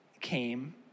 came